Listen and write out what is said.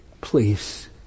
Please